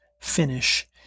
finish